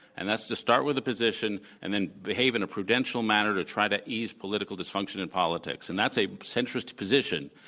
and that's to start with a position and then behave in a prudential manner to try to ease political dysfunction in politics, and that's a centrist position,